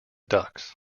ducks